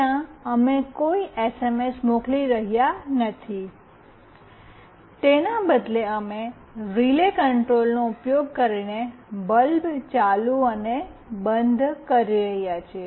ત્યાં અમે કોઈ એસએમએસ મોકલી રહ્યાં નથી તેના બદલે અમે રિલે કંટ્રોલનો ઉપયોગ કરીને બલ્બ ચાલુ અને બંધ કરી રહ્યા છીએ